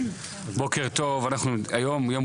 בוקר טוב, אנחנו היום יום